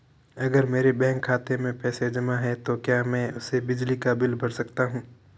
अगर मेरे बैंक खाते में पैसे जमा है तो क्या मैं उसे बिजली का बिल भर सकता हूं?